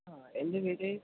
ആ എൻ്റെ പേര്